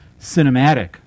cinematic